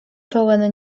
pełen